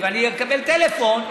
ואני אקבל טלפון: